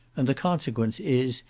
and the consequence is,